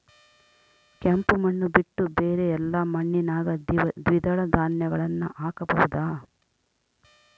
ಕೆಂಪು ಮಣ್ಣು ಬಿಟ್ಟು ಬೇರೆ ಎಲ್ಲಾ ಮಣ್ಣಿನಾಗ ದ್ವಿದಳ ಧಾನ್ಯಗಳನ್ನ ಹಾಕಬಹುದಾ?